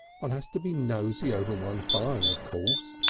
but has to be nosy over one's buying of course.